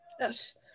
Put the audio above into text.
Yes